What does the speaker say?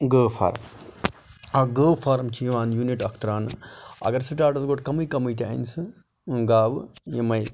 گٲو فارَم اکھ گٲو فارَم چھُ یِوان یوٗنِٹ اکھ تراونہٕ اگر سٹاٹَس گۄڈٕ کمے کمے تہِ اَنہِ سُہ گاوٕ یِمے